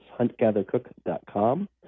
huntgathercook.com